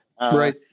Right